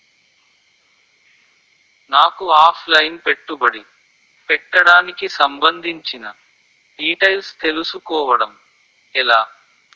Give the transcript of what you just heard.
నాకు offline పెట్టుబడి పెట్టడానికి సంబందించిన డీటైల్స్ తెలుసుకోవడం ఎలా?